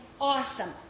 awesome